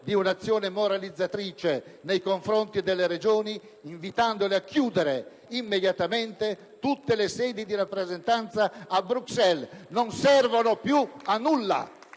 di un'azione moralizzatrice nei confronti delle Regioni, invitandole a chiudere immediatamente tutte le sedi di rappresentanza a Bruxelles, che non servono più a nulla